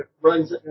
runs